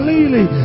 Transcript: Lily